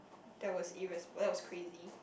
that was irres~ well that was crazy